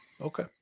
Okay